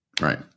Right